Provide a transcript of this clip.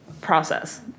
process